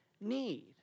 need